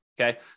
okay